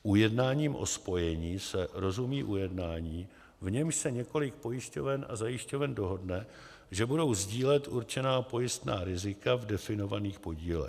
Ujednáním o spojení se rozumí ujednání, v němž se několik pojišťoven a zajišťoven dohodne, že budou sdílet určená pojistná rizika v definovaných podílech.